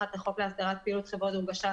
לחוק להסדרת פעילות חברות דירוג אשראי,